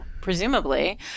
presumably